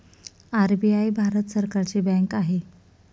RBI Bharat सरकारची bank आहे